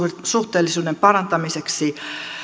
suhteellisuuden parantamiseksi